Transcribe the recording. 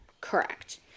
correct